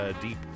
deep